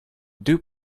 dew